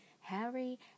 Harry